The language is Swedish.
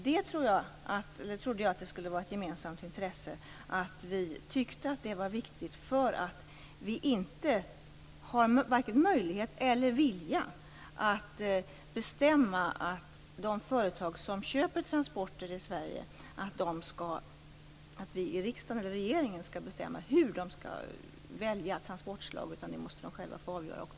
Där trodde jag att vi hade ett gemensamt intresse så till vida att vi menar att vi i riksdagen eller i regeringen har varken möjlighet eller vilja att bestämma hur de företag som köper transporter i Sverige skall välja transportslag. Det måste de själva få avgöra.